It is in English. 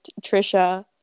Trisha